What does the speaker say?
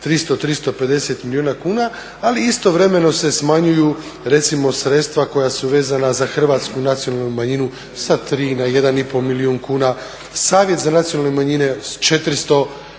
300, 350 milijuna kuna ali istovremeno se smanjuju recimo sredstva koja su vezana za Hrvatsku nacionalnu manjinu sa 3 na 1,5 milijun kuna, Savjet za nacionalne manjine s 400 …